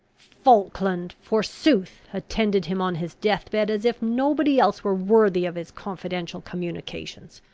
falkland forsooth, attended him on his death-bed, as if nobody else were worthy of his confidential communications.